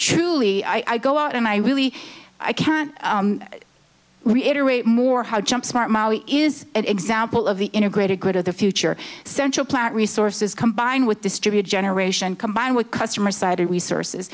truly i go out and i really i can't reiterate more how jumpstart mali is an example of the integrated good of the future central planet resources combined with distributed generation combined with customer sited resources